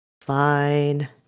Fine